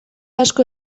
asko